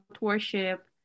worship